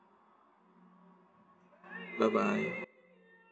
bye bye